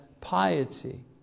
piety